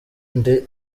nde